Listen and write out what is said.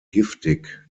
giftig